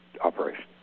operation